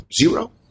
zero